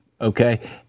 okay